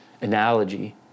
analogy